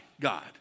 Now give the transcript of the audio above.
God